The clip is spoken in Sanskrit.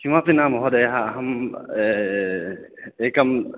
किमपि न महोदय अहं एकं